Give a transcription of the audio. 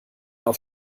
auf